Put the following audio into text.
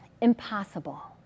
Impossible